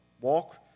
Walk